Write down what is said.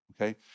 Okay